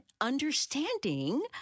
understanding